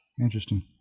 Interesting